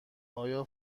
آیا